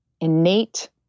innate